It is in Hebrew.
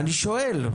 אני שואל.